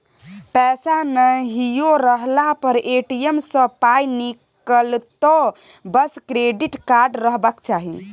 पैसा नहियो रहला पर ए.टी.एम सँ पाय निकलतौ बस क्रेडिट कार्ड रहबाक चाही